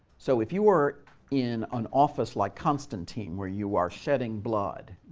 so if you were in an office like constantine, where you are shedding blood,